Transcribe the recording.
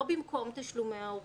לא במקום תשלומי הורים.